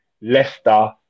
Leicester